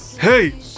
Hey